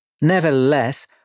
Nevertheless